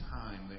time